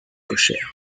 cochère